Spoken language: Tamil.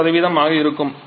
1 ஆக இருக்கும்